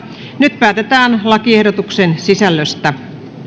nyt päätetään lakiehdotuksen sisällöstä